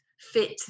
fit